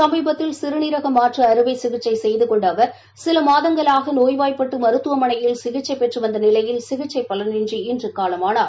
சமீபத்தில் சிறுநீரக மாற்று அறுவை சிகிச்சை செய்து கொண்ட அவா் சில மாதங்களாக நோய்வாய்பட்டு மருத்துவமனையில் சிகிச்சை பெற்று வந்த அவர் சிகிச்சை பலனின்றி இன்று காலமானார்